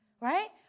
Right